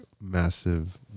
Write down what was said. massive